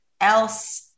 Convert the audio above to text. else